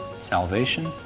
salvation